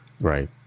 Right